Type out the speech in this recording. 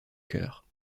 cœur